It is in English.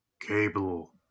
Cable